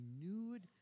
renewed